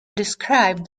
described